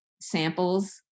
samples